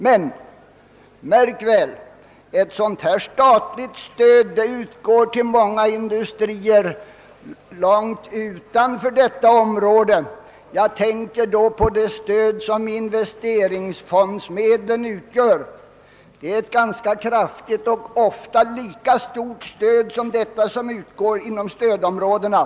Men, märk väl, detta statliga stöd utgår till många industrier långt utanför de aktuella områdena. Jag tänker på det stöd som investeringsfondsmedlen utgör. Det är ett kraftigt och ofta lika stort stöd som det som utgår inom stödområdena.